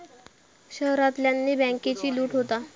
शहरांतल्यानी बॅन्केची लूट होता